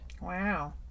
Wow